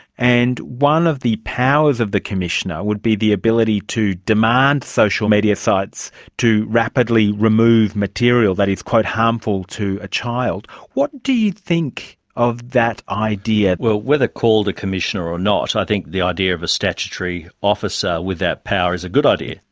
and one of the powers of the commissioner would be the ability to demand social media sites to rapidly remove material that is harmful to a child. what do you think of that idea? well, whether called a commissioner or not, i think the idea of a statutory officer with that power is a good idea.